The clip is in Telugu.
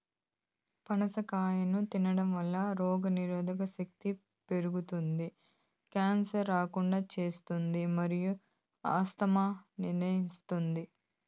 పనస కాయను తినడంవల్ల రోగనిరోధక శక్తి పెరుగుతాది, క్యాన్సర్ రాకుండా చేస్తాది మరియు ఆస్తమాను నియంత్రిస్తాది